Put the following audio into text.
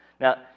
Now